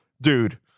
Dude